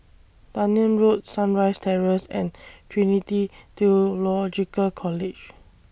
Dunearn Road Sunrise Terrace and Trinity Theological College